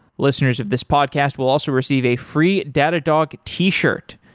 listeners of this podcast will also receive a free datadog t-shirt.